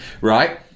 right